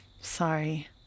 Sorry